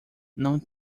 não